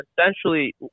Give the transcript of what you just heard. essentially